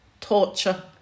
torture